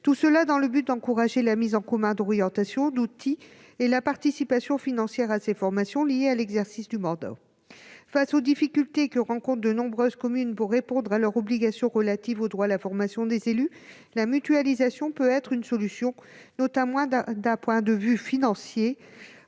d'orientations communes et la mise en commun d'outils, ainsi que la participation financière à ces formations liées à l'exercice du mandat. Face aux difficultés que rencontrent de nombreuses communes pour répondre à leurs obligations en matière de droit à la formation des élus, la mutualisation peut être une solution, notamment d'un point de vue financier.